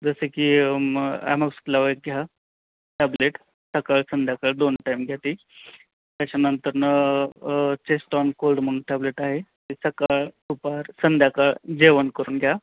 जसे की म् ॲमॉक्सिक्लाव्ह एक घ्या टॅब्लेट सकाळ संध्याकाळ दोन टाइम घ्या ती त्याच्यानंतरनं चेस्टॉन कोल्ड म्हणून टॅब्लेट आहे ती सकाळ दुपार संध्याकाळ जेवण करून घ्या